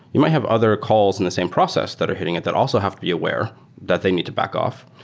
you might have other calls in the same process that are hitting it that also have to be aware that they need to back off.